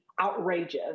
outrageous